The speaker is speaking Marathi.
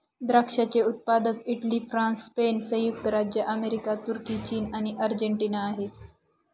द्राक्षाचे उत्पादक इटली, फ्रान्स, स्पेन, संयुक्त राज्य अमेरिका, तुर्की, चीन आणि अर्जेंटिना आहे